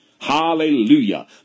Hallelujah